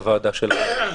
הערבי.